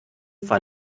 war